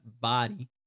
body